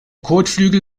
kotflügel